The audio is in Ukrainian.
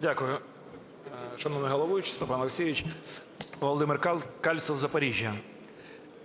Дякую. Шановний головуючий Руслане Олексійовичу! Володимир Кальцев, Запоріжжя.